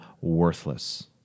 worthless